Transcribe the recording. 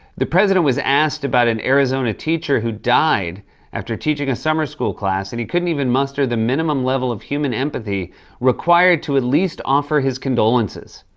the president was asked about an arizona teacher who died after teaching a summer school class and he couldn't even muster the minimum level of human empathy required to at least offer his condolences.